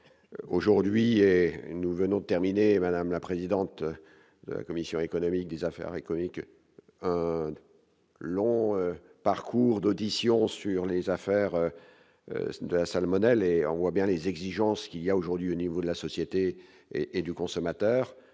aujourd'hui, nous venons de terminer Madame la Présidente Commission économique des affaires économiques, un long parcours d'auditions sur les affaires de la salmonelle et on voit bien les exigences qu'il y a aujourd'hui au niveau de la société et et du consommateur,